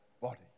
body